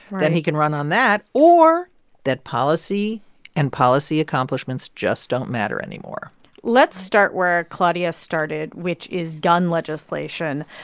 then he can run on that or that policy and policy accomplishments just don't matter anymore let's start where claudia started, which is gun legislation.